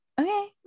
okay